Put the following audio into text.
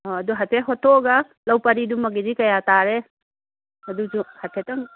ꯑꯪ ꯑꯗꯨ ꯍꯥꯏꯐꯦꯠ ꯍꯣꯠꯇꯣꯛꯑꯒ ꯂꯧ ꯄꯔꯤꯗꯨꯃꯒꯤꯗꯤ ꯀꯌꯥ ꯇꯥꯔꯦ ꯑꯗꯨꯖꯨ ꯍꯥꯏꯐꯦꯠꯇꯪ